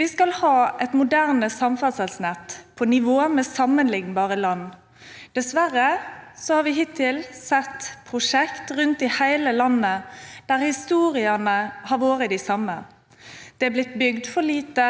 Vi skal ha et moderne samferdselsnett, på nivå med sammenlignbare land. Dessverre har vi hittil sett prosjekter rundt i hele landet der historiene har vært de samme: Det er blitt bygd for lite,